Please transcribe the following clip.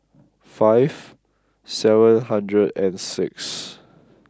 five seven hundred and six